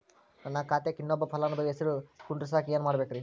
ನನ್ನ ಖಾತೆಕ್ ಇನ್ನೊಬ್ಬ ಫಲಾನುಭವಿ ಹೆಸರು ಕುಂಡರಸಾಕ ಏನ್ ಮಾಡ್ಬೇಕ್ರಿ?